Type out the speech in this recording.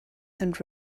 and